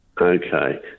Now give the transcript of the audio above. Okay